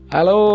Hello